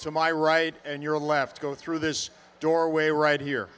to my right and your left go through this doorway right here